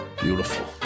Beautiful